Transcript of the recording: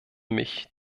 mich